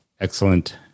excellent